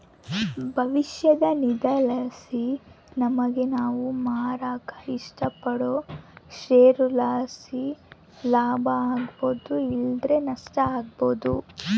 ಭವಿಷ್ಯದ ನಿಧಿಲಾಸಿ ನಮಿಗೆ ನಾವು ಮಾರಾಕ ಇಷ್ಟಪಡೋ ಷೇರುಲಾಸಿ ಲಾಭ ಸಿಗ್ಬೋದು ಇಲ್ಲಂದ್ರ ನಷ್ಟ ಆಬೋದು